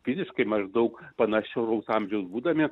fiziškai maždaug panašaus amžiaus būdami